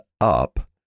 up